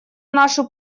нашу